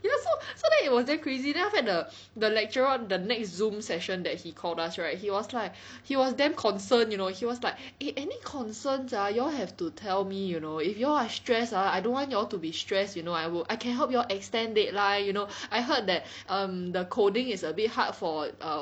you know so so then it was damn crazy then after that the the lecturer on the next Zoom session that he called us right he was like he was damn concerned you know he was like eh any concerns ah y'all have to tell me you know if y'all are stress ah I don't want y'all to be stress you know I would I can help y'all extend deadline you know I heard that um the coding is a bit hard for um